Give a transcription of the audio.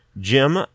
Jim